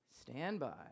standby